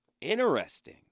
Interesting